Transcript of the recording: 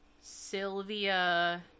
Sylvia